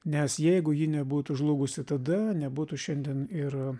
nes jeigu ji nebūtų žlugusi tada nebūtų šiandien ir